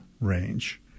range